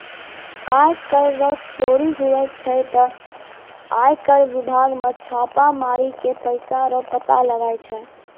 आय कर रो चोरी हुवै छै ते आय कर बिभाग मे छापा मारी के पैसा रो पता लगाय छै